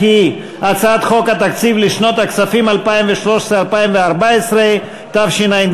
חוק התקציב לשנות הכספים 2013 ו-2014, התשע"ג